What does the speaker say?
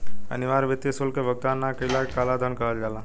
अनिवार्य वित्तीय शुल्क के भुगतान ना कईला के कालाधान कहल जाला